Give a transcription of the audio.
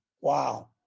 Wow